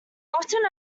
often